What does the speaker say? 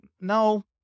no